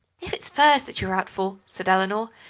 if it's furs that you're out for, said eleanor,